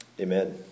Amen